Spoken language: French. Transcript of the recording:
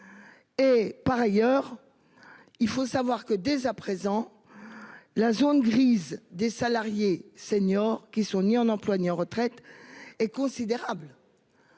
Et par ailleurs. Il faut savoir que dès à présent. La zone grise des salariés seniors qui sont ni en emploi, ni retraite est considérable.